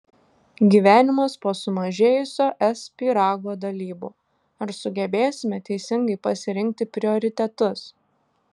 gyvenimas po sumažėjusio es pyrago dalybų ar sugebėsime teisingai pasirinkti prioritetus